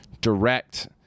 direct